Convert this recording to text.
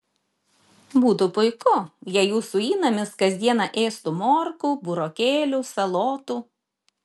būtų puiku jei jūsų įnamis kas dieną ėstų morkų burokėlių salotų